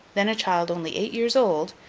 then a child only eight years old,